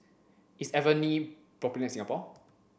is Avene popular in Singapore